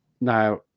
now